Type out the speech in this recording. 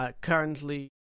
currently